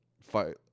fight